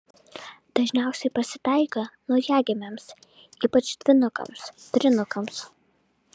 dažniausiai pasitaiko naujagimiams ypač dvynukams trynukams